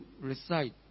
recite